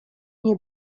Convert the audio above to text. nie